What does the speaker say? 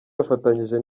yafatanije